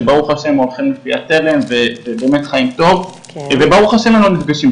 שברוך השם הולכים בתלם ובאמת חיים טוב וברוך השם הם לא נפגשים,